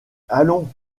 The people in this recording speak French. allons